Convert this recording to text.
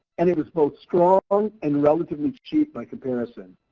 and it was both strong and relatively cheap by comparison.